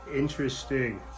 Interesting